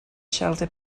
shelter